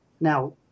Now